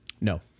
No